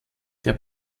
der